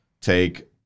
take